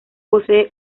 posee